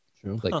True